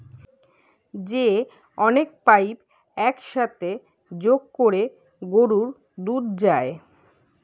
যে অনেক পাইপ এক সাথে যোগ কোরে গরুর দুধ যায়